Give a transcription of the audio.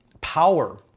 power